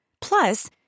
Plus